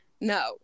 No